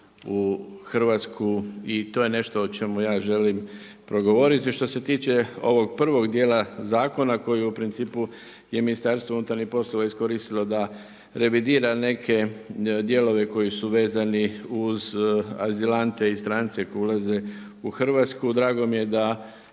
u Hrvatsku i to je nešto o čemu ja želim progovoriti. Što se tiče ovog prvog dijela zakona koji je u principu Ministarstvo unutarnjih poslova iskoristilo da revidira neke dijelove koji su vezani uz azilante i strance koji ulaze u Hrvatsku. Drago mi je da